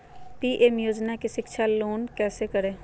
PM योजना में शिक्षा लोन कैसे करें?